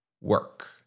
Work